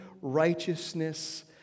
righteousness